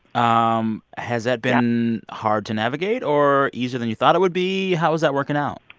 um has that been hard to navigate or easier than you thought it would be? how is that working out?